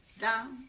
down